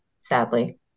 sadly